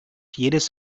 jedes